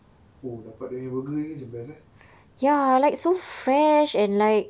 oh dapat dia orang yang burger ni macam best ah